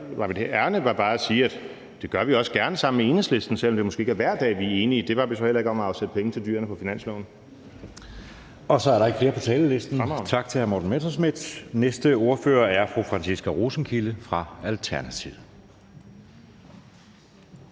ærinde, var bare at sige, at det gør vi også gerne sammen med Enhedslisten, selv om det måske ikke er hver dag, vi er enige; det var vi såmænd heller ikke om at afsætte penge til dyrene på finansloven. Kl. 20:22 Anden næstformand (Jeppe Søe): Så er der ikke flere på talerlisten. Tak til hr. Morten Messerschmidt. Den næste ordfører er fru Franciska Rosenkilde fra Alternativet.